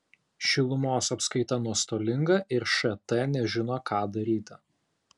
šilumos apskaita nuostolinga ir št nežino ką daryti